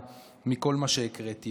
עם כל מה שהקראתי,